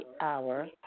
hour